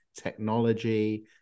technology